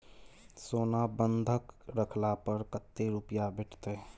सोना बंधक रखला पर कत्ते रुपिया भेटतै?